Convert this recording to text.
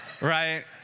Right